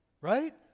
right